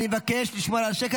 אני מבקש לשמור על שקט,